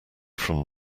from